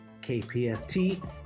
KPFT